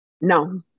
No